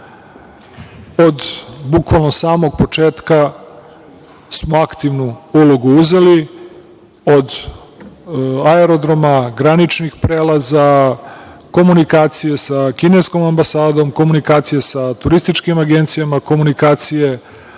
Od bukvalno samog početka smo aktivnu ulogu uzeli, od aerodroma, graničnih prelaza, komunikacija sa kineskom ambasadom, komunikacija sa turističkim agencijama, komunikacije